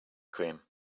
cream